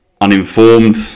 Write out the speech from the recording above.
uninformed